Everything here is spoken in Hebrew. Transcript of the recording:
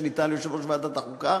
שניתן ליושב-ראש ועדת החוקה,